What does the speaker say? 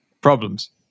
problems